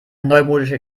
neumodische